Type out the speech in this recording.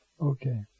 Okay